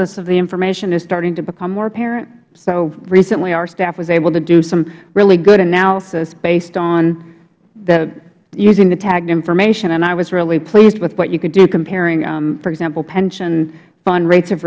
usefulness of the information is starting to become more apparent so recently our staff was able to do some really good analysis based on using the tagged information and i was really pleased with what you could do comparing for example pension fund rates